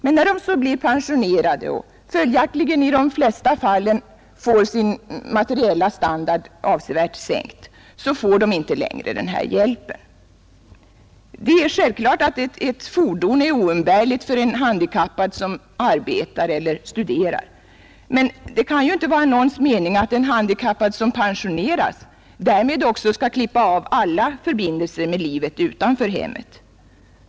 Men när de så blir pensionerade och följaktligen i de flesta fallen får sin materiella standard avsevärt sänkt, får de inte längre denna hjälp. Det är självklart att ett fordon är oumbärligt för en handikappad som arbetar eller studerar, men det kan inte vara någons mening att en handikappad som pensioneras därmed skall klippa av alla förbindelser med livet utanför hemmet.